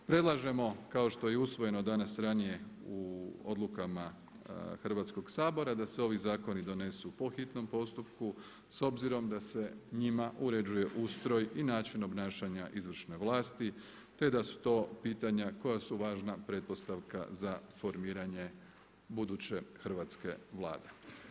Predlažemo kao što je i usvojeno danas ranije u odlukama Hrvatskog sabora da se ovi zakoni donesu po hitnom postupku s obzirom da se njima uređuje ustroj i način obnašanja izvršne vlasti, te da su to pitanja koja su važna pretpostavka za formiranje buduće hrvatske Vlade.